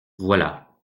voilà